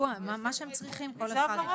מה שהם צריכים כל אחד.